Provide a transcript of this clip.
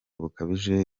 bukabije